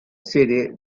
serie